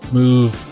move